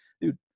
dude